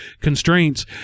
constraints